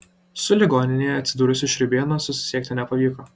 su ligoninėje atsidūrusiu šriūbėnu susisiekti nepavyko